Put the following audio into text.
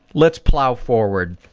let's plow forward.